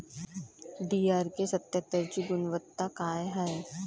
DRK सत्यात्तरची गुनवत्ता काय हाय?